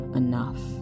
enough